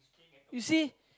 you see